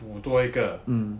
补多一个